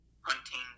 hunting